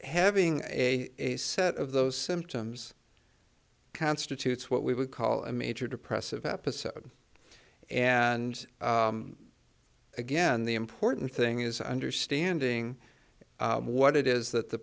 having a a set of those symptoms constitutes what we would call a major depressive episode and again the important thing is understanding what it is that the